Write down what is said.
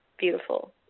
beautiful